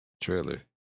trailer